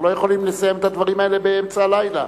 אנחנו לא יכולים לסיים את הדברים האלה באמצע הלילה.